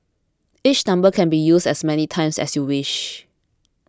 each number can be used as many times as you wish